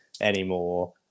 anymore